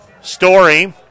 Story